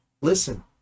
listen